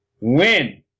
Win